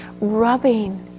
rubbing